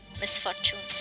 misfortunes